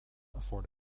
afford